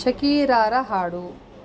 ಶಕೀರಾರ ಹಾಡು